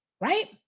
Right